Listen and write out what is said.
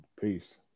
Peace